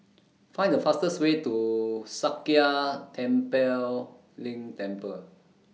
Find The fastest Way to Sakya Tenphel Ling Temple